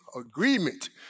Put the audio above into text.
agreement